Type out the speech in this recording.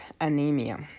anemia